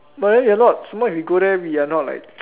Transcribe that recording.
but then if not not we go there we are not like